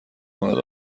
کند